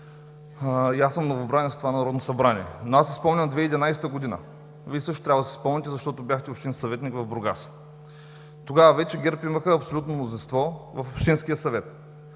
и аз съм новобранец в това Народно събрание, но си спомням 2011 г. – Вие също трябва да си спомняте, защото бяхте общински съветник в Бургас. Тогава ГЕРБ вече имаха абсолютно мнозинство в общинския съвет.